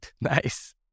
Nice